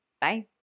Bye